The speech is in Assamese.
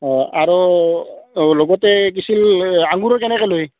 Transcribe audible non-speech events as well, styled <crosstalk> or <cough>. অঁ আৰু অঁ লগতে <unintelligible> আঙুৰো কেনেকৈ লয়